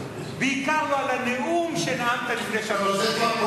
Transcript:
בעיקר לא על הנאום שנאמת לפני שלוש שנים,